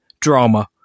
drama